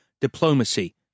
diplomacy